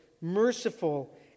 merciful